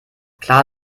klar